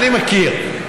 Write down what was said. אני מכיר.